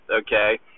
okay